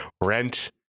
rent